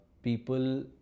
people